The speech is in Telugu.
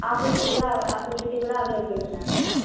ఆ ఫెసిలిటీ కూడా ఆ ఫెసిలిటీ కూడా అవైలబుల్ ఉందండి